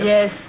Yes